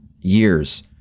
years